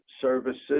services